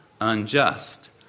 unjust